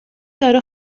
داره